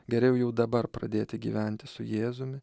geriau jau dabar pradėti gyventi su jėzumi